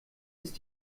ist